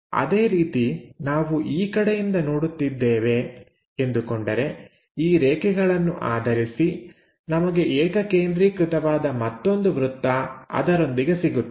ಅದೇ ರೀತಿ ನಾವು ಈ ಕಡೆಯಿಂದ ನೋಡುತ್ತಿದ್ದೇವೆ ಈ ರೇಖೆಗಳನ್ನು ಆಧರಿಸಿ ನಮಗೆ ಏಕ ಕೇಂದ್ರೀಕೃತವಾದ ಮತ್ತೊಂದು ವೃತ್ತ ಅದರೊಂದಿಗೆ ಸಿಗುತ್ತದೆ